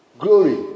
Glory